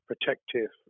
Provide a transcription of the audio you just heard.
protective